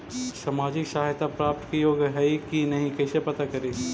सामाजिक सहायता प्राप्त के योग्य हई कि नहीं कैसे पता करी?